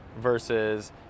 versus